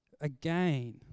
Again